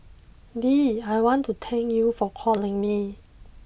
Dee I want to thank you for calling me